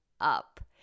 up